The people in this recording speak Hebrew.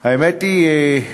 האמת היא,